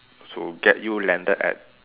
to get you landed at